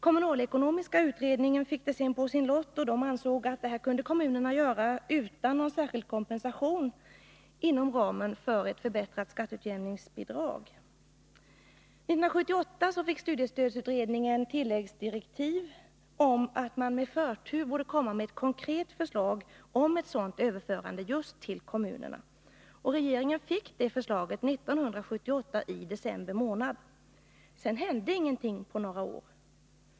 Kommunalekonomiska utredningen fick senare detta på sin lott och ansåg att kommunerna kunde göra detta, utan särskild kompensation, inom ramen för ett förbättrat skatteutjämningsbidrag. 1978 fick studiestödsutredningen tilläggsdirektiv om att man med förtur borde komma med ett konkret förslag om ett sådant överförande till kommunerna. Regeringen fick det begärda förslaget i december månad 1978. Sedan hände ingenting på några år.